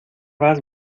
vas